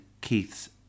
Keith's